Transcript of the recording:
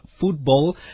football